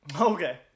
Okay